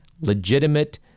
legitimate